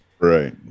Right